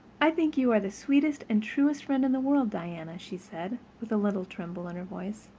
i think you are the sweetest and truest friend in the world, diana, she said, with a little tremble in her voice,